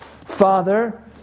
Father